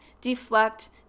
deflect